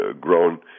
grown